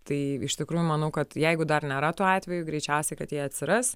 tai iš tikrųjų manau kad jeigu dar nėra tų atvejų greičiausiai kad jie atsiras